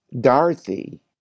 Dorothy